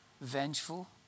Vengeful